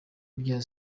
bya